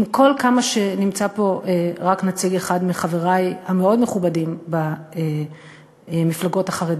עם כל כמה שנמצא פה רק נציג אחד מחברי המאוד-מכובדים במפלגות החרדיות,